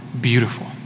beautiful